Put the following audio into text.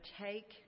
take